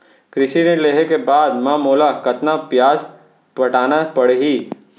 कृषि ऋण लेहे के बाद म मोला कतना ब्याज पटाना पड़ही?